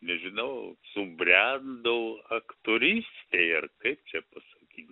nežinau subrendau aktorystei ar kaip čia pasakyt